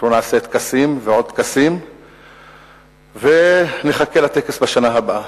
אנחנו נעשה טקסים ועוד טקסים ונחכה לטקס בשנה הבאה.